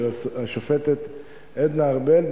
של השופטת עדנה ארבל,